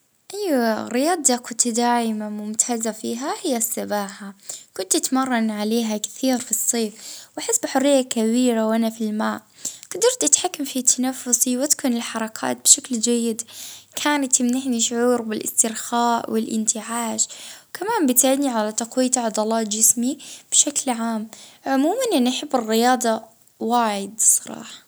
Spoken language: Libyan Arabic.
آ نعرف نسبح نرتاح وجت نخش الميه ونحب التحدي في السرعة والمسافات.